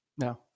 No